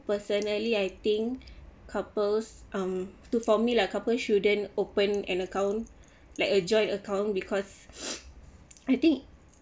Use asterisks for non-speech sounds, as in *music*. personally I think couples um to for me lah couple shouldn't open an account like a joint account because *breath* I think